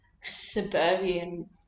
suburban